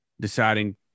deciding